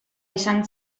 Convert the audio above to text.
izan